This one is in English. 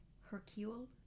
Hercule